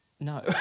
No